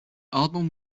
album